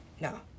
No